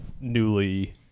newly